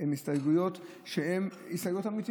הן הסתייגויות אמיתיות.